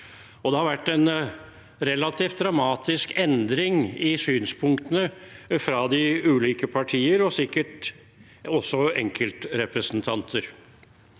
Det har vært en relativt dramatisk endring i synspunktene fra de ulike partier, og sikkert også fra enkeltrepresentanter.